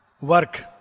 work